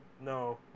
no